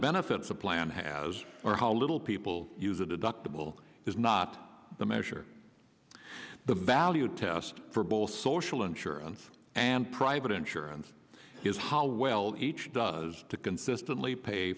benefits a plan has or how little people use a deductible is not the measure the value test for both social insurance and private insurance is how well each does to consistently pay